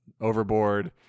overboard